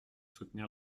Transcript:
soutenir